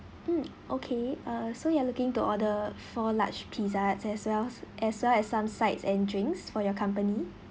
mm okay uh so you are looking to order four large pizza as as well as well as some sides and drinks for your company